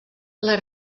les